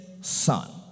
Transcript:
son